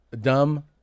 dumb